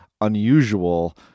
unusual